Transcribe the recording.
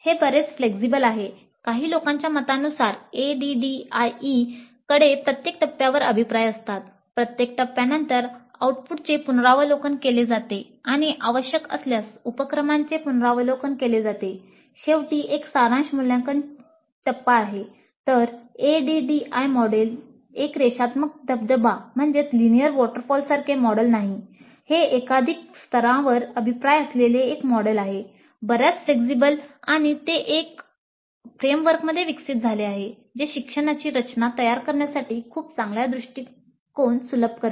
हे बरेच फ्लेक्सिबल आणि ते एका फ्रेमवर्कमध्ये विकसित झाले आहे जे शिक्षणाची रचना तयार करण्यासाठी खूप चांगला दृष्टीकोन सुलभ करते